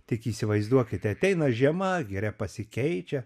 tik įsivaizduokite ateina žiema giria pasikeičia